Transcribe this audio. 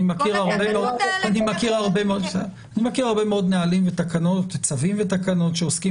אני מכיר הרבה צווים ותקנות שעוסקים